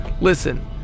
Listen